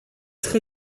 très